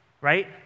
right